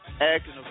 acting